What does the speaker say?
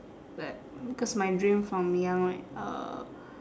but because my dream from young right uh